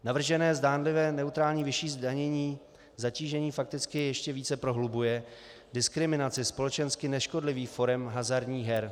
Navržené zdánlivě neutrální vyšší zdanění zatížení fakticky ještě více prohlubuje diskriminaci společensky neškodlivých forem hazardních her.